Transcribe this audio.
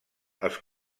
als